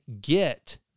get